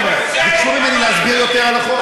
ביקשו ממני להסביר קצת יותר על החוק.